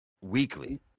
weekly